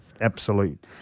absolute